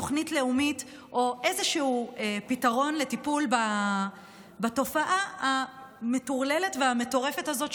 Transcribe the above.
תוכנית לאומית או איזשהו פתרון לטיפול בתופעה המטורללת והמטורפת הזאת,